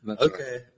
Okay